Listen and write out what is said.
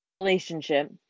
relationship